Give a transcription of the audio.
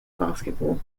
basketball